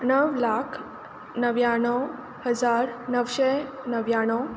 णव लाख णव्याण्णव हजार णवशें णव्याण्णव